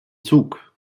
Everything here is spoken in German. zug